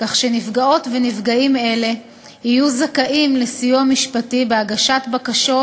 כך שנפגעות ונפגעים אלה יהיו זכאים לסיוע משפטי בהגשת בקשות